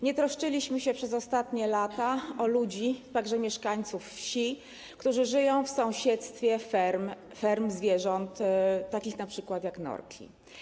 Nie troszczyliśmy się przez ostatnie lata o ludzi, także mieszkańców wsi, którzy żyją w sąsiedztwie ferm zwierząt, takich np. jak norki.